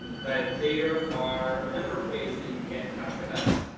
but there are a number of ways that you can get in touch with us.